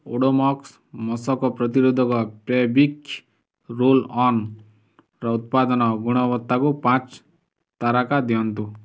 ଓଡ଼ୋମକ୍ସ୍ ମଶକ ପ୍ରତିରୋଧକ ପ୍ରେବିକ୍ ରୋଲ୍ଅନ୍ର ଉତ୍ପାଦନ ଗୁଣବତ୍ତାକୁ ପାଞ୍ଚ ତାରକା ଦିଅନ୍ତୁ